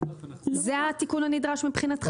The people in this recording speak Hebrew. זה התיקון הנדרש מבחינתך?